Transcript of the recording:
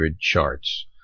charts